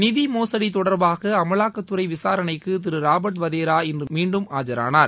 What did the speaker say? நிதி மோசடி தொடர்பாக அமலாக்கத்துறை விசாரணைக்கு திரு ராபர்ட் வதேரா இன்று மீண்டும் ஆஜரானார்